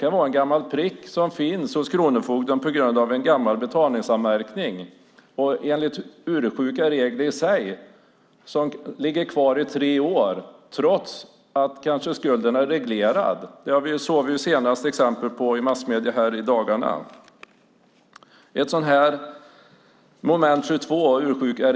I stället kan det vara fråga om en gammal betalningsanmärkning hos kronofogden. Enligt ursjuka regler ligger betalningsanmärkningen kvar i tre år även om skulden blivit reglerad. Detta såg vi exempel på i massmedierna för bara några dagar sedan.